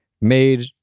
made